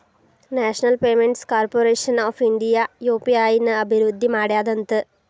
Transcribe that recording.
national payments corporation of India UPI ನ ಅಭಿವೃದ್ಧಿ ಮಾಡ್ಯಾದಂತ